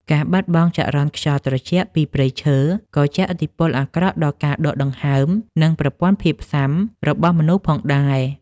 ការបាត់បង់ចរន្តខ្យល់ត្រជាក់ពីព្រៃឈើ ក៏ជះឥទ្ធិពលអាក្រក់ដល់ការដកដង្ហើម និងប្រព័ន្ធភាពស៊ាំរបស់មនុស្សផងដែរ។